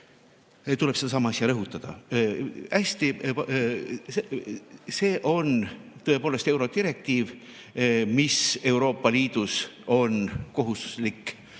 tuleb sedasama asja rõhutada. Hästi, see on tõepoolest eurodirektiiv, mis Euroopa Liidus on kohustuslik